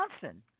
Johnson